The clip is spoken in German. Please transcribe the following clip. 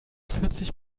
vierzig